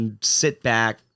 sit-back